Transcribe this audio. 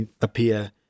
appear